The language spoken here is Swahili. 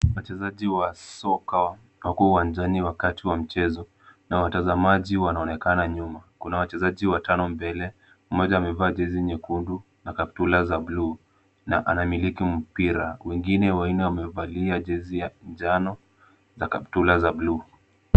Wachezaji wa soka wako uwanjani wakati wa mchezo, na watazamaji wanaonekana nyuma. Kuna wachezaji watano mbele, mmoja amevaa jezi nyekundu na kaptula za blue , na anamiliki mpira, wengine wanne wamevalia jezi ya njano na kaptula za blue .